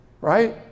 right